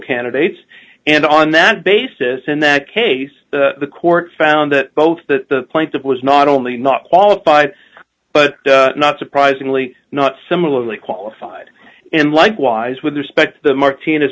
candidates and on that basis in that case the court found that both the plaintiff was not only not qualified but not surprisingly not similarly qualified and likewise with respect to the martinez